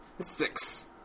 six